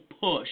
push